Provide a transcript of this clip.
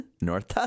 North